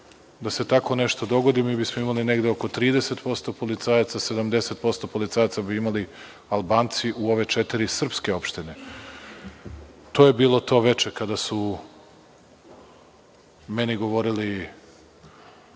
da se tako nešto dogodi, mi bismo imali negde oko 30% policajaca, a 70% policajaca bi imali Albanci u ove četiri srpske opštine. To je bilo to veče kada su meni govorili